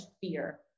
fear